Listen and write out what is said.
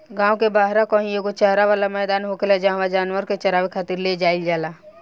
गांव के बाहरा कही एगो चारा वाला मैदान होखेला जाहवा जानवर के चारावे खातिर ले जाईल जाला